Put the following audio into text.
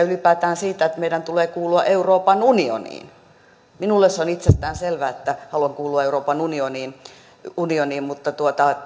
ylipäätään yksimielisiä siitä että meidän tulee kuulua euroopan unioniin minulle se on itsestään selvää että haluan kuulua euroopan unioniin unioniin mutta